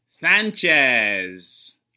Sanchez